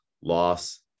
loss